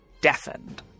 deafened